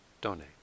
donate